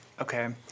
Okay